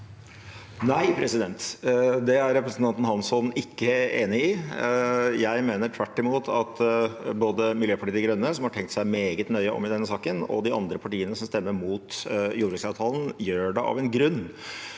Nei, det er re- presentanten Hansson ikke enig i. Jeg mener tvert imot at både Miljøpartiet De Grønne, som har tenkt seg meget nøye om i denne saken, og de andre partiene som stemmer mot jordbruksavtalen, gjør det av en grunn.